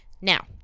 Now